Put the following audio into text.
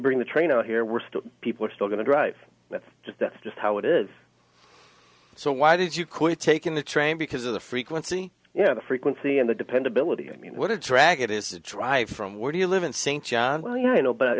bring the train out here we're still people are still going to drive that's just that's just how it is so why did you quit taking the train because of the frequency you know the frequency and the dependability i mean what a drag it is to try from where do you live in st john well you know but